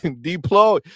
Deploy